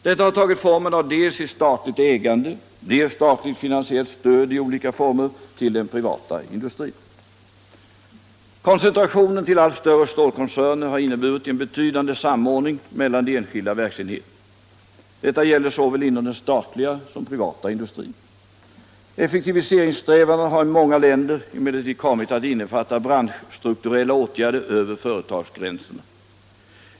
Detta har tagit formen av dels statligt ägande, dels statligt finansiellt stöd i olika former till den privata industrin. Koncentrationen till allt större stålkoncerner har inneburit en betydande samordning mellan de enskilda verksenheterna. Detta gäller inom såväl den statliga som den privata industrin. Effektiviseringssträvandena har i många länder emellertid kommit att innefatta branschstrukturella åtgärder över företagsgränserna.